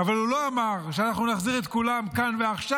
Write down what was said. אבל הוא לא אמר שאנחנו נחזיר את כולם כאן ועכשיו.